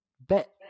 bet